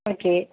okay